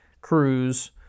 cruise